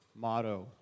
motto